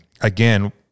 again